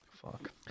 Fuck